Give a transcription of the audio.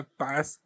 pass